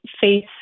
face